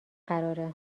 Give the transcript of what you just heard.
قراره